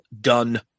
done